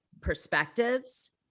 perspectives